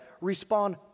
respond